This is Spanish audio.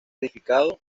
edificado